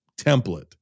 template